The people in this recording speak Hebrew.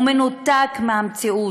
הוא מנותק מהמציאות.